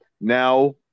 Now